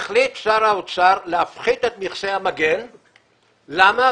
החליט שר האוצר להפחית את מכסי המגן, למה?